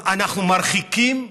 אנחנו מרחיקים,